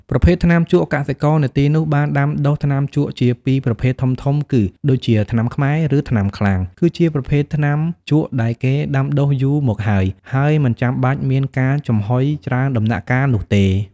ប្រភេទថ្នាំជក់ កសិករនៅទីនោះបានដាំដុះថ្នាំជក់ជាពីរប្រភេទធំៗគឺ ដូចជា ថ្នាំខ្មែរ ឬថ្នាំខ្លាំង គឺជាប្រភេទថ្នាំជក់ដែលគេដាំដុះយូរមកហើយ ហើយមិនចាំបាច់មានការចំហុយច្រើនដំណាក់កាលនោះទេ។